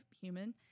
human